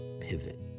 pivot